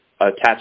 attached